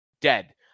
dead